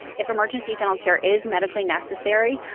if emergency dental care is medically necessary,